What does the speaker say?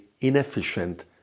inefficient